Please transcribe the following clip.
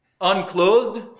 Unclothed